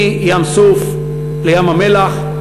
מים-סוף לים-המלח.